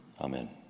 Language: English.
Amen